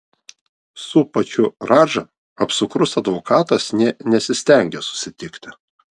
su pačiu radža apsukrus advokatas nė nesistengė susitikti